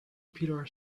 pillar